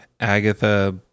Agatha